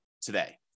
today